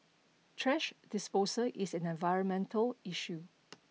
thrash disposal is an environmental issue